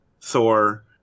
Thor